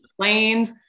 complained